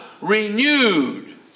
renewed